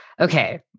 Okay